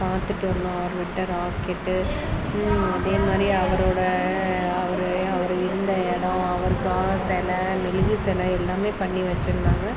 பார்த்துட்டு வந்தோம் அவர் விட்ட ராக்கெட்டு அப்படியே நிறைய அவரோடய அவர் அவர் இருந்த இடம் அவருக்கு ஆசை என்ன மெழுகு செலை என்ன எல்லாமே பண்ணி வச்சுருந்தாங்க